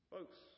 Folks